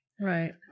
Right